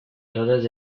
todas